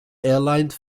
airlines